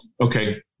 okay